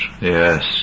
yes